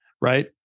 right